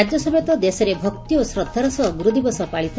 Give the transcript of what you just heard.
ରାଜ୍ୟ ସମେତ ଦେଶରେ ଭକ୍ତି ଓ ଶ୍ରଦ୍ଧାର ସହ ଗ୍ରର୍ତଦିବସ ପାଳିତ